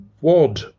wad